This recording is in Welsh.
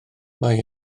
mae